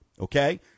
okay